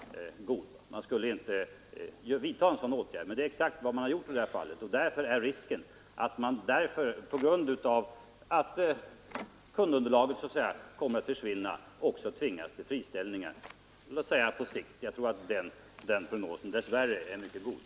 Men det är exakt vad man gjort i det här fallet och risken att man kan tvingas till friställningar är mycket stor. Jag tror dess värre att den bedömningen är ganska rimlig.